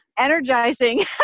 Energizing